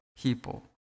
people